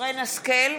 מרים השכל,